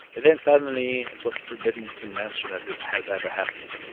then suddenly, was forbidden to mention that this has ever happened.